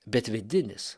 bet vidinis